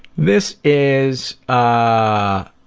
this is ah